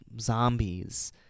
zombies